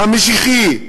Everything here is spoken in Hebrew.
המשיחי.